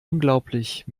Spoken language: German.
unglaublich